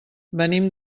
venim